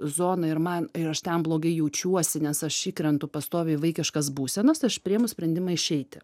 zoną ir man ir aš ten blogai jaučiuosi nes aš įkrentu pastoviai į vaikiškas būsenas tai aš priimu sprendimą išeiti